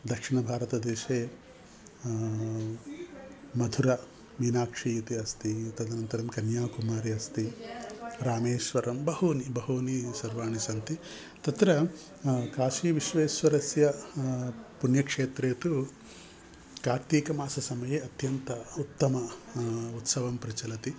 दक्षिणभारतदेशे मथुरा मीनाक्षीति अस्ति तदनन्तरं कन्याकुमारी अस्ति रामेश्वरं बहूनि बहूनि सर्वाणि सन्ति तत्र काशीविश्वेश्वरस्य पुण्यक्षेत्रे तु कार्तीकमाससमये अत्यन्त उत्तमः उत्सवः प्रचलति